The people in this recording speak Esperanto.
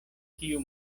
tiu